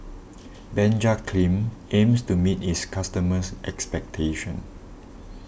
Benzac Cream aims to meet its customers' expectations